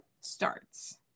starts